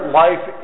life